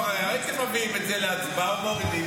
הייתם מביאים את זה להצבעה או מורידים.